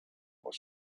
was